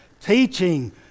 teaching